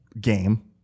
game